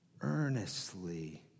earnestly